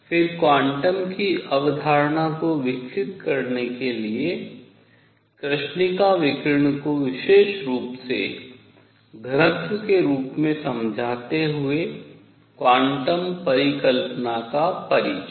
फिर क्वांटम की अवधारणा को विकसित करने के लिए कृष्णिका विकिरण को विशेष रूप से घनत्व के रूप में समझाते हुए क्वांटम परिकल्पना का परिचय